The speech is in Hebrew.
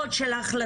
ההשלכות של ההחלטות.